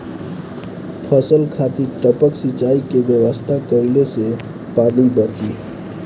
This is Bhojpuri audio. फसल खातिर टपक सिंचाई के व्यवस्था कइले से पानी बंची